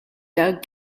doug